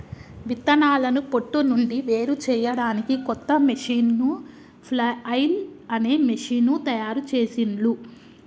విత్తనాలను పొట్టు నుండి వేరుచేయడానికి కొత్త మెషీను ఫ్లఐల్ అనే మెషీను తయారుచేసిండ్లు